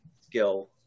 Skill